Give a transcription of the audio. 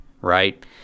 Right